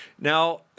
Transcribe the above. Now